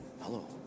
Hello